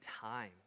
time